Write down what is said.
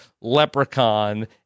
Leprechaun